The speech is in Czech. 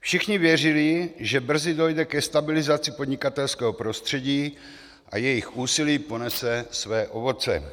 Všichni věřili, že brzy dojde ke stabilizaci podnikatelského prostředí a jejich úsilí ponese své ovoce.